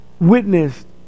witnessed